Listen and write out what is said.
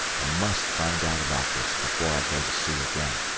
i must find out about this before i go to sea again.